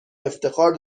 افتخار